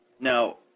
Now